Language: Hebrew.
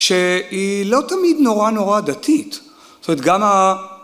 ‫שהיא לא תמיד נורא נורא דתית, ‫זאת אומרת, גם ה...